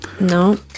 No